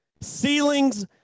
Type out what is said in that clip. Ceilings